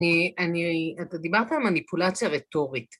‫אני, אתה דיברת על מניפולציה רטורית.